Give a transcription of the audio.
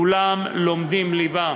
כולם לומדים ליבה.